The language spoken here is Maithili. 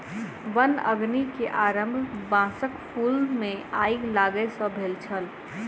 वन अग्नि के आरम्भ बांसक फूल मे आइग लागय सॅ भेल छल